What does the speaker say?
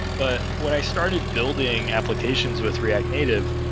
but when i started building applications with react native,